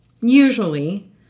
usually